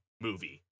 movie